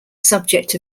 subject